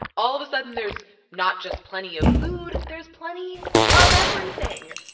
all of a sudden, there's not just plenty of food, there's plenty of everything.